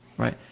Right